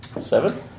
Seven